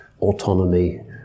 autonomy